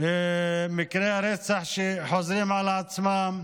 מקרי הרצח שחוזרים על עצמם הם